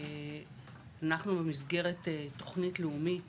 אנחנו במסגרת תוכנית לאומית